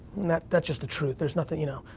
that's just the truth. there's nothing, you know,